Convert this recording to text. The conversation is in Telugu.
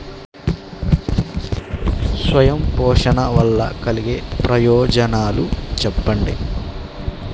స్వయం పోషణ వల్ల కలిగే ప్రయోజనాలు చెప్పండి?